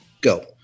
go